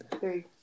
three